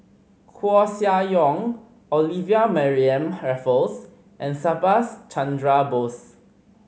Koeh Sia Yong Olivia Mariamne Raffles and Subhas Chandra Bose